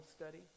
study